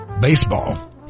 baseball